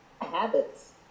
Habits